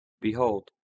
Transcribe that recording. Behold